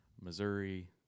Missouri